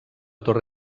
torre